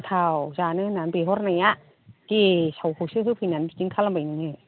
गोथाव जानो होननानै बिहरनाया गेसावखौसो होफैनानै बिदिनो खालामबाय नोङो